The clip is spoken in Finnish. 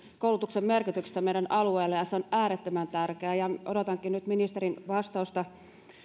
koulutuksen merkityksestä meidän alueella ja se on äärettömän tärkeää odotankin nyt ministerin vastausta